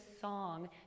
song